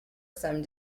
some